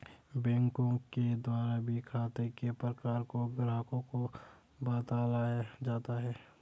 बैंकों के द्वारा भी खाते के प्रकारों को ग्राहकों को बतलाया जाता है